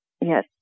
Yes